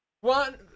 one